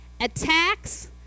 Attacks